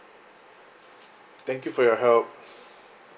thank you for your help